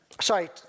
Sorry